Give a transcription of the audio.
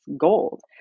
gold